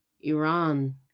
Iran